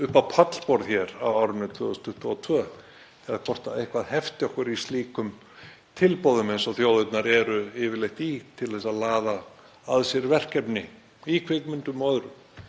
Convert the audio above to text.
upp á pallborðið hér á árinu 2022 eða hvort eitthvað hefti okkur í slíkum tilboðum, eins og þjóðirnar eru yfirleitt í til að laða að sér verkefni í kvikmyndum og öðru.